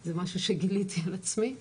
זה משהו שגיליתי על עצמי,